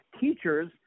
teachers